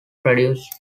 produced